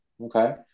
okay